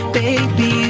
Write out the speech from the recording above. baby